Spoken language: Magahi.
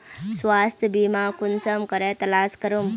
स्वास्थ्य बीमा कुंसम करे तलाश करूम?